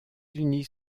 unis